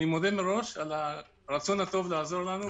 אני מודה מראש על הרצון הטוב לעזור לנו,